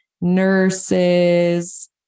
nurses